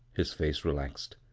his face relaxed.